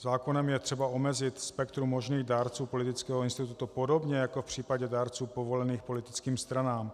Zákonem je třeba omezit spektrum možných dárců politického institutu, podobně jako v případě dárců povolených politickým stranám.